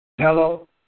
Hello